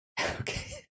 Okay